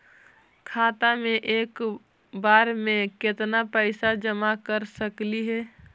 खाता मे एक बार मे केत्ना पैसा जमा कर सकली हे?